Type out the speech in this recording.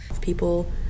people